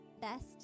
best